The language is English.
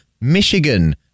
Michigan